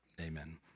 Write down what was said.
Amen